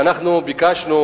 אנחנו ביקשנו